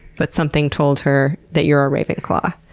but something told her that you're a ravenclaw.